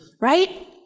Right